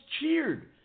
cheered